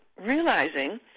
realizing